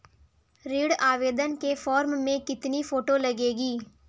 ऋण आवेदन के फॉर्म में कितनी फोटो लगेंगी?